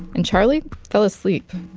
and charlie fell asleep,